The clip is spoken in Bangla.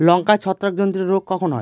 লঙ্কায় ছত্রাক জনিত রোগ কখন হয়?